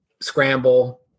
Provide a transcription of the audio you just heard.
scramble